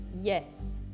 yes